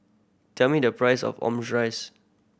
tell me the price of Omurice